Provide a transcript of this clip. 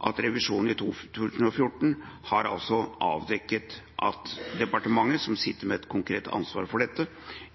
at revisjonen i 2014 har avdekket at departementet som sitter med et konkret ansvar for dette,